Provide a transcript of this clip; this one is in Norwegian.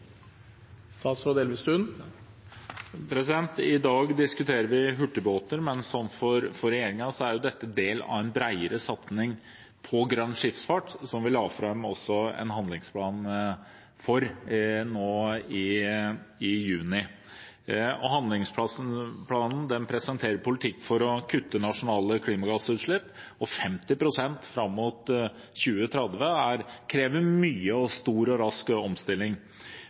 dette en del av en bredere satsing på grønn skipsfart, som vi la fram en handlingsplan for nå i juni. Handlingsplanen presenterer politikk for å kutte nasjonale klimagassutslipp med 50 pst. fram mot 2030. Det krever en stor og rask omstilling,